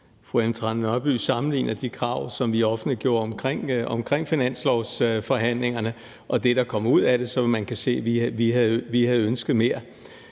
fru Ellen Trane Nørby sammenlignede de krav, som vi offentliggjorde i forbindelse med finanslovsforhandlingerne, og det, der kom ud af dem, så ville hun kunne se, at vi havde ønsket mere.